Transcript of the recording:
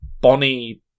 Bonnie